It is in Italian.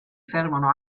fermano